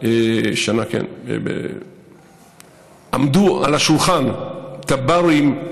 שנה עמדו על השולחן תב"רים,